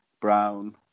Brown